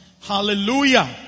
Hallelujah